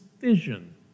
vision